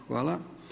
Hvala.